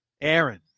Aaron